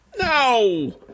No